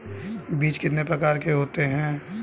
बीज कितने प्रकार के होते हैं?